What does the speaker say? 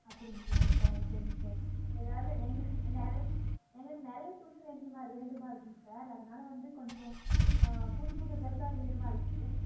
அப்படிங்களாங்க sir சரிங்க sir ஏதாவது எங்களுக்கு நிறைய எங்களுக்கு நிறைய துணி வேண்டியது வேண்டுமா இருக்குதுங்க சார் அதனால் வந்து கொஞ்சம் புதுப்புது ட்ரெஸ்ஸாக வேணுமா இருக்குது